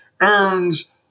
earns